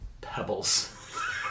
Pebbles